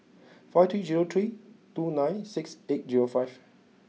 five three zero three two nine six eight zero five